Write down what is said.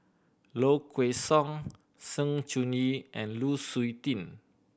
Low Kway Song Sng Choon Yee and Lu Suitin